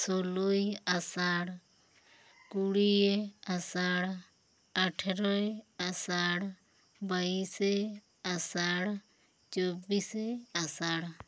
ᱥᱳᱞᱳᱭ ᱟᱥᱟᱲ ᱠᱩᱲᱤᱭᱮ ᱟᱥᱟᱲ ᱟᱴᱨᱚᱭ ᱟᱥᱟᱲ ᱵᱟᱭᱤᱥᱮ ᱟᱥᱟᱲ ᱪᱚᱵᱤᱥᱮ ᱟᱥᱟᱲ